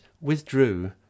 withdrew